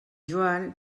joan